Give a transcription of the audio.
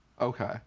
Okay